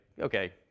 okay